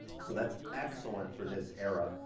so, that's excellent for this era.